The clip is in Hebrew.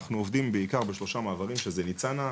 אנחנו עובדים בעיקר ב-3 מעברים שהם ניצנה,